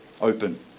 open